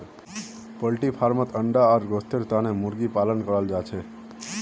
poultry फार्मत अंडा आर गोस्तेर तने मुर्गी पालन कराल जाछेक